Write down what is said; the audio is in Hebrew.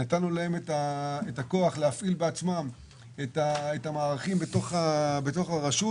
נתנו להם את הכוח להפעיל בעצמם את המערכים בתוך הרשות